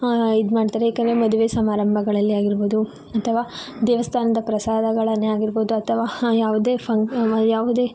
ಇದು ಮಾಡ್ತಾರೆ ಏಕೆಂದರೆ ಮದುವೆ ಸಮಾರಂಭಗಳಲ್ಲಿ ಆಗಿರಬಹುದು ಅಥವಾ ದೇವಸ್ಥಾನದ ಪ್ರಸಾದಗಳನ್ನೇ ಆಗಿರಬಹುದು ಅಥವಾ ಯಾವುದೇ ಫನ್ ಯಾವುದೇ